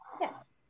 Yes